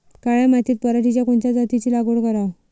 काळ्या मातीत पराटीच्या कोनच्या जातीची लागवड कराव?